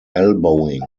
elbowing